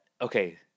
okay